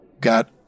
got